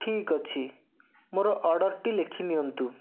ଠିକ୍ ଅଛି ମୋର ଅର୍ଡ଼ର୍ଟି ଲେଖିନିଅନ୍ତୁ